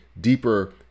deeper